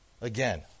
Again